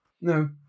No